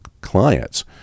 clients